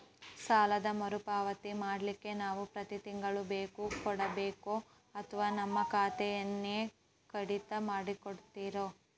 ಸಾಲದ ಮರುಪಾವತಿ ಮಾಡ್ಲಿಕ್ಕೆ ನಾವು ಪ್ರತಿ ತಿಂಗಳು ಚೆಕ್ಕು ಕೊಡಬೇಕೋ ಅಥವಾ ನಮ್ಮ ಖಾತೆಯಿಂದನೆ ಕಡಿತ ಮಾಡ್ಕೊತಿರೋ?